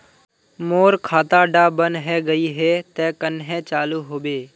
मोर खाता डा बन है गहिये ते कन्हे चालू हैबे?